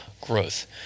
growth